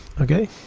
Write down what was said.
okay